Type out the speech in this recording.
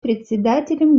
председателем